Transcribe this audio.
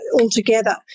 altogether